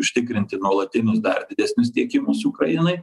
užtikrinti nuolatinius dar didesnius tiekimus ukrainai